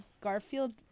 Garfield